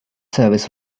service